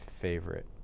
favorite